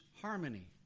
harmony